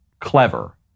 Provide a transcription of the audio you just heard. clever